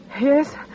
Yes